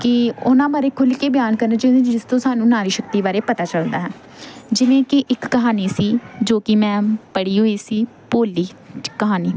ਕਿ ਉਹਨਾਂ ਬਾਰੇ ਖੁੱਲ੍ਹ ਕੇ ਬਿਆਨ ਕਰਨਾ ਚਾਹੁੰਦੀ ਜਿਸ ਤੋਂ ਸਾਨੂੰ ਨਾਰੀ ਸ਼ਕਤੀ ਬਾਰੇ ਪਤਾ ਚੱਲਦਾ ਹੈ ਜਿਵੇਂ ਕਿ ਇੱਕ ਕਹਾਣੀ ਸੀ ਜੋ ਕਿ ਮੈਂ ਪੜ੍ਹੀ ਹੋਈ ਸੀ ਭੋਲੀ ਕਹਾਣੀ